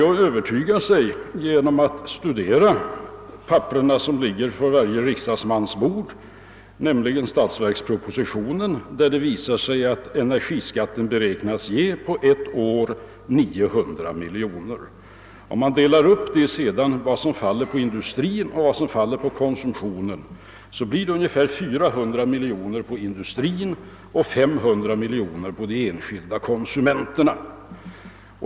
Om man studerar statsverkspropositionen, som nu ligger på varje riksdagsmans bord, skall man finna att energiskatten beräknas ge 900 miljoner kronor på ett år. Om den summan delas upp, finner man att ungefär 400 miljoner kronor faller på industrin och 500 miljoner kronor på enskilda konsumenter.